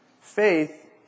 Faith